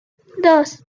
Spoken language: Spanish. dos